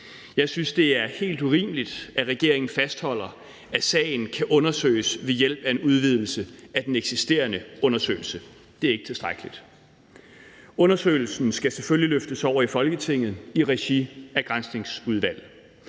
Jeg synes, det er helt urimeligt, at regeringen fastholder, at sagen kan undersøges ved hjælp af en udvidelse af den eksisterende undersøgelse. Det er ikke tilstrækkeligt. Undersøgelsen skal selvfølgelig løftes over i Folketinget i regi af Granskningsudvalget.